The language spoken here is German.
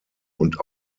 und